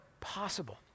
possible